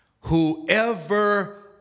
whoever